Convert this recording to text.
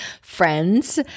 Friends